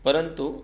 પરંતુ